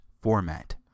format